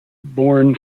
born